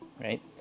right